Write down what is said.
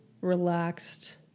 relaxed